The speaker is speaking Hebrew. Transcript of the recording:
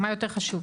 מה יותר חשוב.